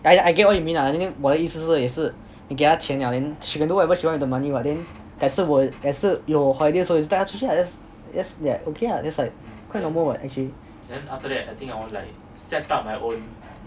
I I get what you mean ah I mean 我的意思也是你给他钱了 she can do whatever she want with the money what then 改次我有改次有 holiday 的时候也是带他出去啦 just that okay ah quite normal what actually